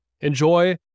enjoy